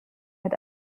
mit